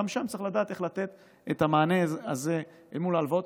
גם שם צריך לדעת איך לתת את המענה הזה אל מול ההלוואות.